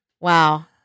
Wow